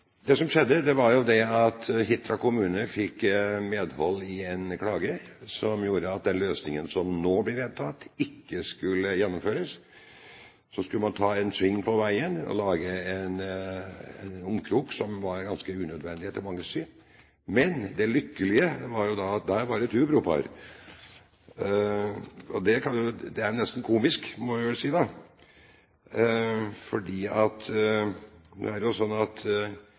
Det som skjedde, var at Hitra kommune fikk medhold i en klage som gjorde at den løsningen som nå blir vedtatt, ikke skulle gjennomføres. Så skulle man ta en sving på veien og lage en omkrok som var ganske unødvendig etter manges syn. Men det lykkelige var jo at der var det et hubropar. Det er jo nesten komisk – må vi vel si – at når vi bygger vei, tillater vi oss å rive hus der mennesker bor, for de kan jo